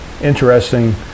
interesting